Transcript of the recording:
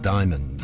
Diamond